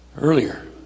earlier